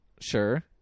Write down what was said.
Sure